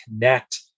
connect